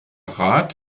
rat